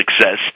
success